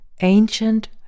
ancient